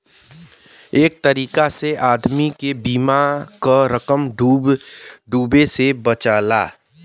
एक तरीका से आदमी के बीमा क रकम डूबे से बचला